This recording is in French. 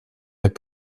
est